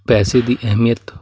ਪੈਸੇ ਦੀ ਅਹਿਮੀਅਤ